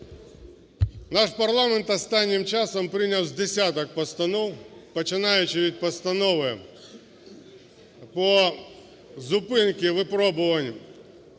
Наш парламент останнім часом прийняв з десяток постанов, починаючи від Постанови по зупинці випробувань